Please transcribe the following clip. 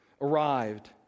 arrived